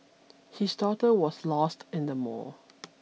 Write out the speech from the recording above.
his daughter was lost in the mall